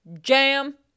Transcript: jam